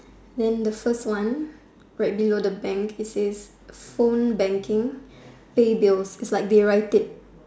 then the first one right below the bank it says phone banking pay bills it's like they write it